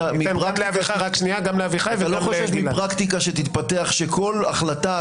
וגם יושב-ראש הוועדה שמעריץ את ההצעות